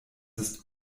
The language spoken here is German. ist